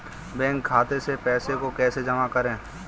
Bank खाते से पैसे को कैसे जमा करें?